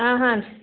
ಹಾಂ ಹಾಂ